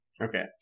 Okay